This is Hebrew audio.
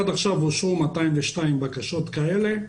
עד עתה אושרו 202 בקשות כאלה,